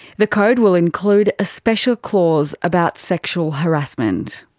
the code will include a special clause about sexual harassment.